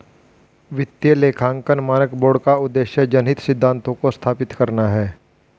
वित्तीय लेखांकन मानक बोर्ड का उद्देश्य जनहित सिद्धांतों को स्थापित करना है